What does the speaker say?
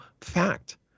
fact